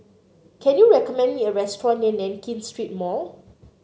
can you recommend me a restaurant near Nankin Street Mall